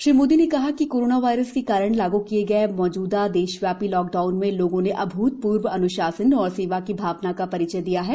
श्री मोदी ने कहा कि कोरोना वायरस के कारण लागू किए गए मौजूदा देशव्यापी लॉकडाउन में लोगों ने अभूतपूर्व अन्शासन और सेवा की भावना का परिचय दिया है